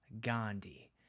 Gandhi